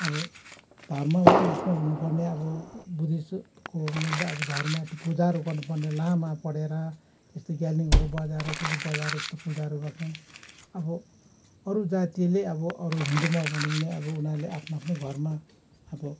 अब धर्म हो यसमा हुनु पर्ने अब बुद्धिस्टको धर्महरू पूजाहरू गर्नु पर्नेहरू लामा पढेर यस्तो ग्यालिङ बजाएर के के बजाएर यस्तो पूजाहरू गर्छौँ अब अरू जातिले अब अरू हिन्दूमा भनौँ भने अब उनीहरूले आफ्नो आफ्नो घरमा अब